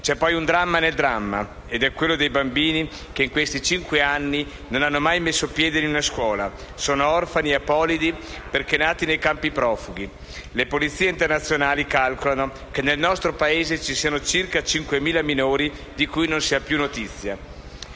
C'è poi un dramma nel dramma ed è quello dei bambini che in questi cinque anni non hanno mai messo piede in una scuola, sono orfani e apolidi, perché nati nei campi profughi. Le polizie internazionali calcolano che nel nostro Paese ci siano circa 5.000 minori di cui non si ha più notizia.